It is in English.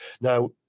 Now